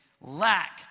lack